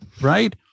Right